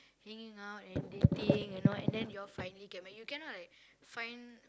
hanging out and dating and all and then you all finally get married you cannot like find